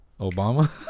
Obama